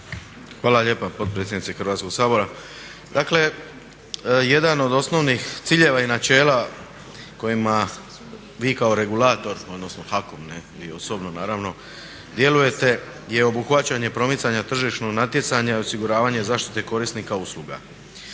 Hvala lijepa potpredsjednice Hrvatskog sabora. Dakle jedan od osnovnih ciljeva i načela kojima vi kao regulator, odnosno HAKOM ne vi osobno naravno, djelujete je obuhvaćanje promicanja tržišnog natjecanja i osiguravanja zaštite korisnika usluga.